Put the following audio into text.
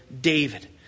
David